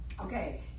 Okay